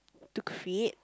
to create